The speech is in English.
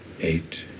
Eight